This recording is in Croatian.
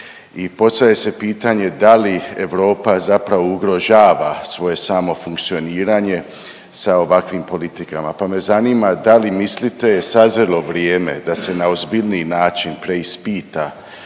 i postavlja se pitanje da li Europa zapravo ugrožava svoje samo funkcioniranje sa ovakvim politikama, pa me zanima da li mislite je sazrjelo vrijeme da se na ozbiljniji način preispita